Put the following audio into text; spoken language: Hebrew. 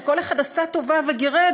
שכל אחד מהם עשה טובה וגירד,